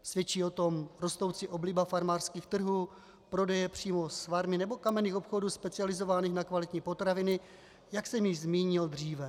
Svědčí o tom rostoucí obliba farmářských trhů, prodeje přímo z farmy nebo kamenných obchodů specializovaných na kvalitní potraviny, jak jsem již zmínil dříve.